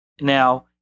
Now